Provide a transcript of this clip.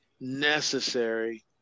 necessary